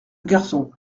garçon